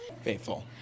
Faithful